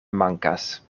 mankas